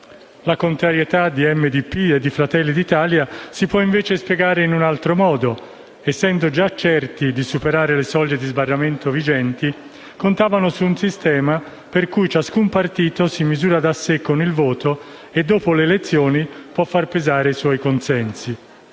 La contrarietà di MDP e di Fratelli d'Italia si può invece spiegare in altro modo: essendo già certi di superare le soglie di sbarramento vigenti, contavano su un sistema per cui ciascun partito si misura da sé con il voto e, dopo le elezioni, può far pesare i suoi consensi;